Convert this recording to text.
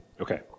Okay